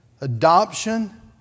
Adoption